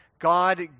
God